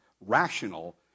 rational